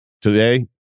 today